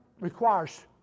requires